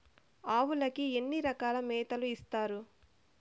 ఆవులకి ఎన్ని రకాల మేతలు ఇస్తారు?